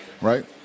Right